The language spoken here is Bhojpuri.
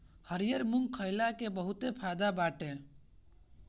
हरिहर मुंग खईला के बहुते फायदा बाटे